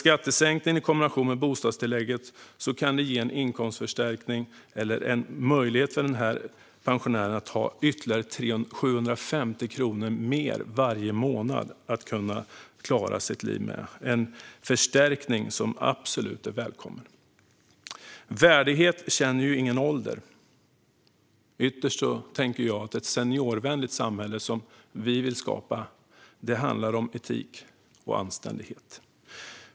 Skattesänkningen i kombination med bostadstillägget kan ge denna pensionär en möjlighet att få ytterligare 750 kronor mer varje månad för att klara sitt liv med, en förstärkning som absolut är välkommen. Värdighet känner ingen ålder. Ytterst tänker jag att ett seniorvänligt samhälle, som vi vill skapa, handlar om etik och anständighet.